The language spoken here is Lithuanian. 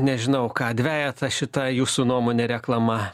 nežinau ką dvejetą šita jūsų nuomone reklama